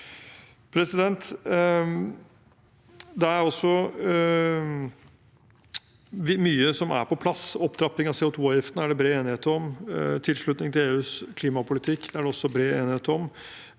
milliardene. Det er også mye som er på plass. Opptrapping av CO2-avgiften er det bred enighet om, tilslutning til EUs klimapolitikk er det også bred enighet om,